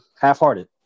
half-hearted